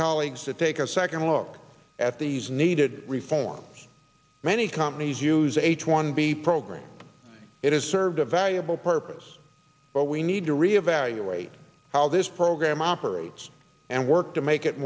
colleagues to take a second look at these needed reforms many companies use h one b program it has served a valuable purpose but we need to re evaluate how this program operates and work to make it